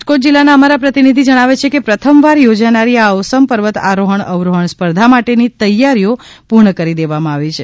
રાજકોટ જિલ્લા ના અમારા પ્રતિનિધિ જણાવે છે કે પ્રથમ વાર યોજાનારી આ ઓસમ પર્વત આરોહણ અવરોહણ સ્પર્ધા માટે ની તૈયારીઓ પુર્ણ કરી દેવામાં આવી છે